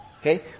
Okay